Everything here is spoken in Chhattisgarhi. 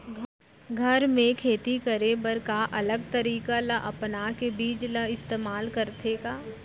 घर मे खेती करे बर का अलग तरीका ला अपना के बीज ला इस्तेमाल करथें का?